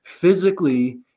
physically